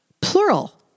Plural